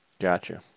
Gotcha